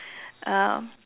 um